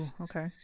okay